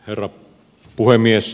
herra puhemies